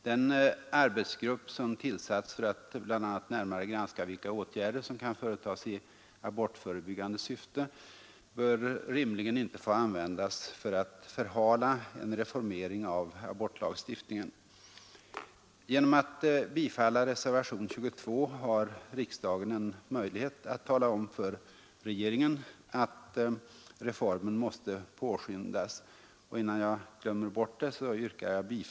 Den arbetsgrupp som tillsatts för att bl.a. närmare granska vilka åtgärder som kan företas i abortförebyggande syfte bör rimligen inte få användas för att förhala en reformering av abortlagstiftningen. Genom att bifalla reservationen 22 har riksdagen Nr 60 en möjlighet att tala om för regeringen att reformen måste påskyndas. Onsdagen den Jag yrkar därför nu bifall till reservationen 22.